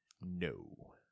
No